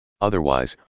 Otherwise